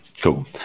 cool